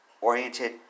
oriented